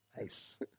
Nice